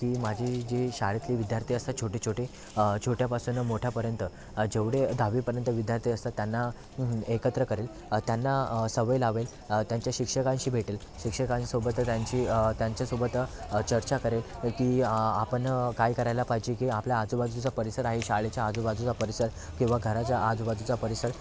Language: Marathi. की माझी जी शाळेतले विद्यार्थी असतात छोटे छोटे छोट्यापासनं मोठ्यापर्यंत जेवढे दहावीपर्यंत विद्यार्थी असतात त्यांना एकत्र करेल त्यांना सवय लावेल त्यांच्या शिक्षकांशी भेटेल शिक्षकांसोबत त्यांची त्यांच्यासोबत चर्चा करेल की आपण काय करायला पाहिजे की आपल्या आजूबाजूचा परिसर आहे शाळेच्या आजूबाजूचा परिसर किंवा घराच्या आजूबाजूचा परिसर